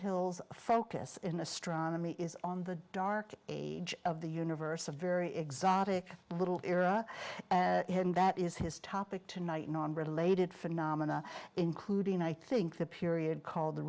hills focus in astronomy is on the dark age of the universe a very exotic little era and that is his topic tonight non related phenomena including i think the period called the